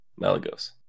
Malagos